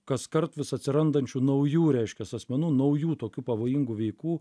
kaskart vis atsirandančių naujų reiškias asmenų naujų tokių pavojingų veikų